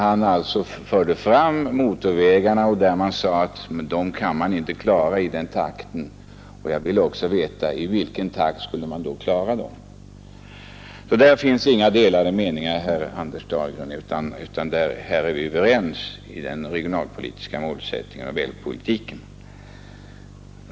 Han förde fram att man inte kan klara motorvägarna i den takten, och jag ville veta i vilken takt man då skulle klara dem. Det finns alltså inga delade meningar när det gäller den regionalpolitiska målsättningen och vägpolitiken, herr Dahlgren.